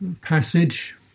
passage